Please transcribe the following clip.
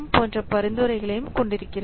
போன்ற பரிந்துரைகளையும் கொண்டிருக்கிறது